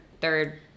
Third